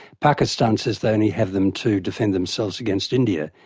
pakistan says they only have them to defend themselves against india.